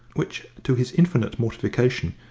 which, to his infinite mortification,